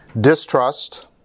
Distrust